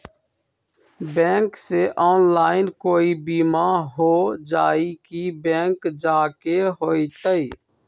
Bank से online कोई बिमा हो जाई कि बैंक जाए के होई त?